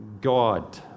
God